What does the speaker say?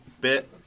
bit